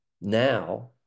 Now